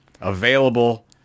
available